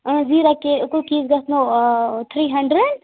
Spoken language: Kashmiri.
زیٖرا کُکیٖز گژھنو تھری ہنٛڈرنٛڈ